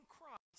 Christ